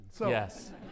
Yes